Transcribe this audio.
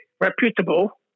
reputable